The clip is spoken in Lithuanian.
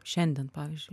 šiandien pavyzdžiui